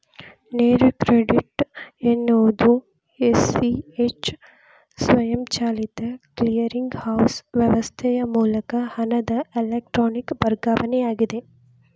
ನೇರ ಕ್ರೆಡಿಟ್ ಎನ್ನುವುದು A, C, H ಸ್ವಯಂಚಾಲಿತ ಕ್ಲಿಯರಿಂಗ್ ಹೌಸ್ ವ್ಯವಸ್ಥೆಯ ಮೂಲಕ ಹಣದ ಎಲೆಕ್ಟ್ರಾನಿಕ್ ವರ್ಗಾವಣೆಯಾಗಿದೆ